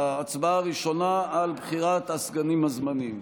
ההצבעה הראשונה, על בחירת הסגנים הזמניים.